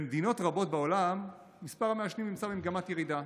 במדינות רבות בעולם מספר המעשנים נמצא במגמת ירידה,